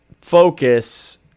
focus